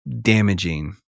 damaging